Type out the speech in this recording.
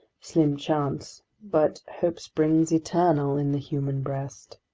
slim chance, but hope springs eternal in the human breast!